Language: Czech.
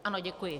Ano, děkuji.